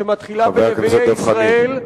שמתחילה בנביאי ישראל,